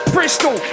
Bristol